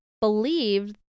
believed